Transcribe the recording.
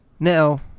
Now